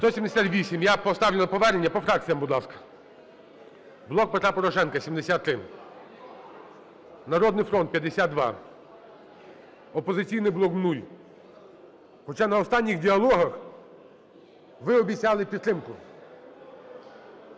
За-178 Я поставлю на повернення. По фракціях, будь ласка. "Блок Петра Порошенка" – 73, "Народний фронт" – 52, "Опозиційний блок" – 0, хоча на останніх діалогах ви обіцяли підтримку,